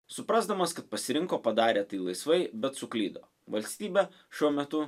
suprasdamas kad pasirinko padarė tai laisvai bet suklydo valstybė šiuo metu